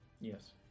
Yes